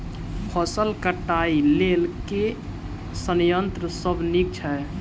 फसल कटाई लेल केँ संयंत्र सब नीक छै?